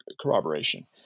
corroboration